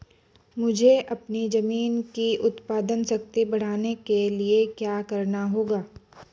मुझे अपनी ज़मीन की उत्पादन शक्ति बढ़ाने के लिए क्या करना होगा?